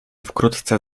wkrótce